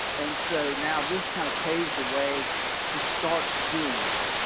and so now this kind of paves the way to start doing that.